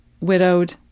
widowed